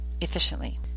efficiently